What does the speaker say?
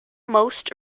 most